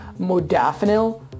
modafinil